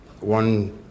One